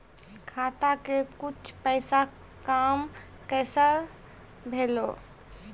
खाता के कुछ पैसा काम कैसा भेलौ?